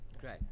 Great